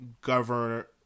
Governor